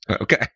Okay